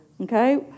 okay